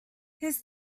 his